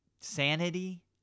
sanity